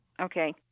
okay